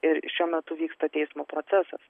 ir šiuo metu vyksta teismo procesas